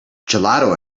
gelato